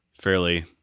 fairly